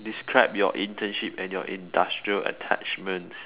describe your internship and your industrial attachments